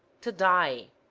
to dye